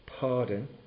pardon